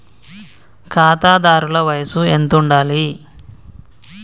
ఖాతాదారుల వయసు ఎంతుండాలి?